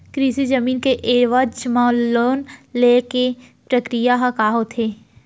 कृषि जमीन के एवज म लोन ले के प्रक्रिया ह का होथे?